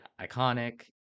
iconic